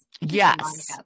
Yes